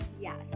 Yes